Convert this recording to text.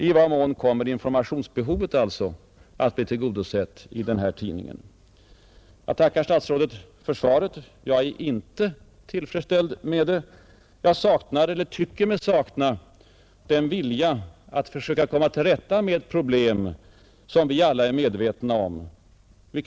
I vad mån kommer informationsbehovet att bli tillgodosett i denna tidning? Jag tackar än en gång statsrådet för svaret. Jag är inte tillfredsställd med det. Jag tycker mig sakna den vilja att försöka komma till rätta med de informationsproblem som vi alla är klart medvetna om.